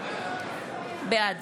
בעד